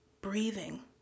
breathing